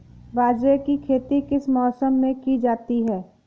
बाजरे की खेती किस मौसम में की जाती है?